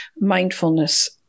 mindfulness